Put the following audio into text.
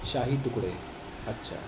شاہی ٹکڑے اچھا